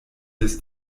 des